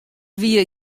wie